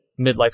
midlife